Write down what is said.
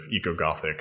eco-gothic